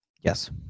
Yes